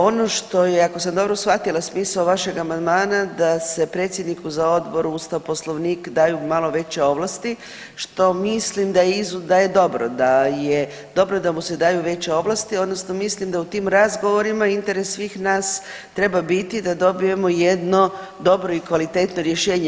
Ono što je, ako sam dobro shvatila, smisao vašeg amandmana da se predsjedniku za Odbor za Ustav, Poslovnik daju malo veće ovlasti što mislim da je dobro, da je dobro da mu se daju veće ovlasti odnosno mislim da u tim razgovorima interes svih nas treba biti da dobijemo jedno dobro i kvalitetno rješenje.